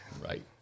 Right